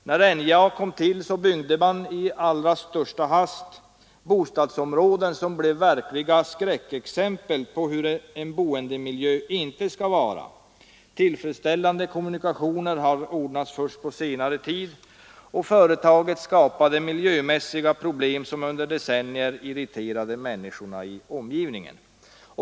När NJA kom till byggdes i allra största hast bostadsområden, som blev verkliga skräckexempel på hur en boendemiljö inte skall vara. Tillfredsställande kommunikationer har ordnats först på senare tid. Företaget skapade miljömässiga problem som under decennier irriterade människorna i omgivningen.